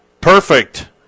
perfect